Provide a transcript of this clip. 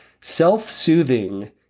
Self-soothing